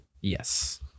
Yes